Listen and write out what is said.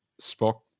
Spock